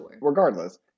regardless